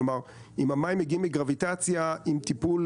כלומר אם המים מגיעים מגרביטציה עם טיפול